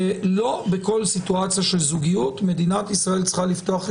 לא בכל סיטואציה של זוגיות מדינת ישראל צריכה לפתוח את